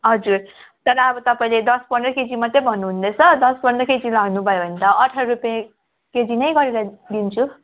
हजुर तर अब तपाईँले दस पन्ध्र केजी मात्रै भन्नुहुँदैछ दस पन्ध्र केजी लानुभयो भने त अठार रुपियाँ केजी नै गरेर दिन्छु